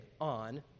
on